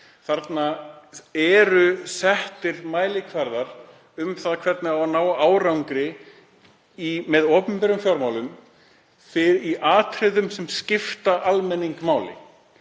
Þar eru settir mælikvarðar um það hvernig ná eigi árangri með opinberum fjármálum í atriðum sem skipta almenning máli,